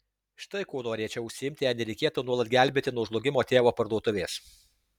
štai kuo norėčiau užsiimti jei nereikėtų nuolat gelbėti nuo žlugimo tėvo parduotuvės